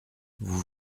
vous